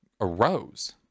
arose